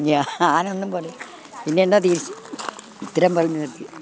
ഞാൻ ഞാനൊന്നും പറഞ്ഞി ഇന്നെന്നാ തിരിച്ച് ഇത്തരം പറഞ്ഞ് നിർത്തിയ